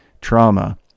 trauma